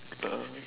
a'ah